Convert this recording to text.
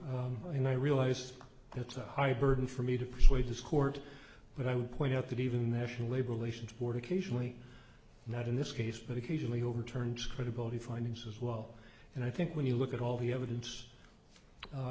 saying and i realize that's a high burden for me to persuade this court but i would point out that even the national labor relations board occasionally not in this case but occasionally overturns credibility findings as well and i think when you look at all the evidence